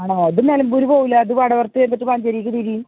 ആണോ ഇത് നെലമ്പൂർ പോവൂല ഇത് വടവർത്ത് ചെന്നിട്ട് മഞ്ചേരിക്ക് തിരിയും